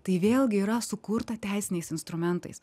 tai vėlgi yra sukurta teisiniais instrumentais